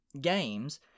games